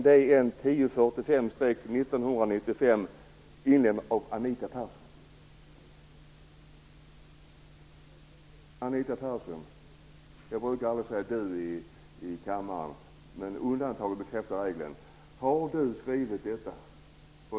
Jag måste nu vända mig direkt till Anita Persson med en fråga: Anita Persson, har du skrivit detta?